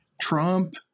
Trump